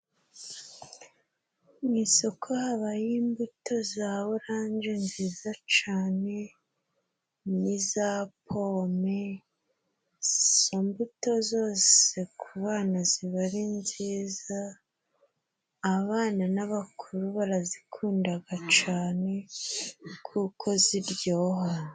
Mu isoko habayo imbuto za orange nziza cane, n'iza pome, izo mbuto zose ku bana ziba ari nziza, abana n'abakuru barazikundaga cane, kuko ziryoha.